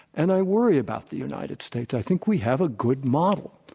and i worry about the united states. i think we have a good model,